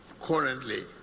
currently